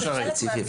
להתייחס.